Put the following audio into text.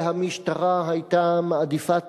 שהמשטרה היתה מעדיפה תקנים,